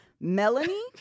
Melanie